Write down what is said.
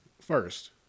first